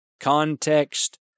context